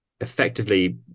effectively